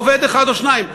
עובד אחד או שניים.